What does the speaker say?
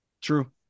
True